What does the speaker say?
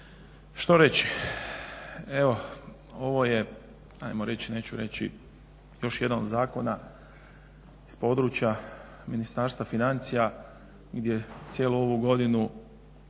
Što reći? Evo ovo je ajmo reći neću reći još jedan od zakona iz područja Ministarstva financija gdje smo cijelu ovu godinu